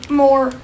more